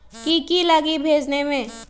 की की लगी भेजने में?